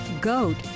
goat